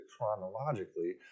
chronologically